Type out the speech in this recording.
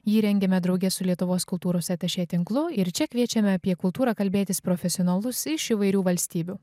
jį rengiame drauge su lietuvos kultūros atašė tinklu ir čia kviečiame apie kultūrą kalbėtis profesionalus iš įvairių valstybių